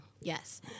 Yes